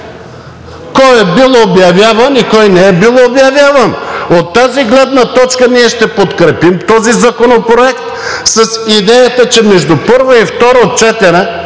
кой е бил обявяван и кой не е бил обявяван. От тази гледна точка ние ще подкрепим този законопроект с идеята, че между първо и второ четене